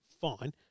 fine